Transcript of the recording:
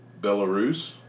Belarus